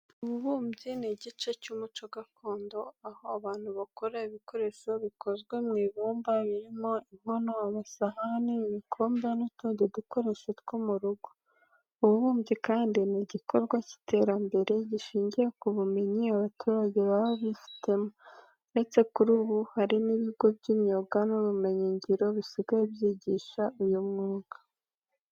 Ububumbyi ni igice cy'umuco gakondo, aho abantu bakora ibikoresho bikozwe mu ibumba birimo inkono, amasahani, ibikombe n'utundi dukoresho two mu rugo. Ububumbyi kandi ni igikorwa cy'iterambere gishingiye ku bumenyi abaturage baba bifitemo, uretse ko kuri ubu hari n'ibigo by'imyuga n'ubumenyingiro bisigaye byigisha uyu mwuga.